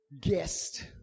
guest